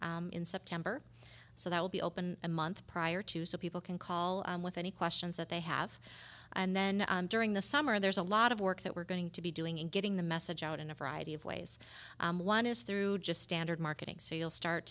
in september so that will be open a month prior to so people can call with any questions that they have and then during the summer there's a lot of work that we're going to be doing in getting the message out in a variety of ways one is through just standard marketing so you'll start